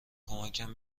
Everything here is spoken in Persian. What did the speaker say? کمکم